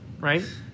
Right